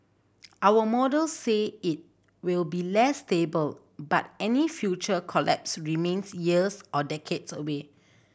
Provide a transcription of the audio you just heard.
our models say it will be less stable but any future collapse remains years or decades away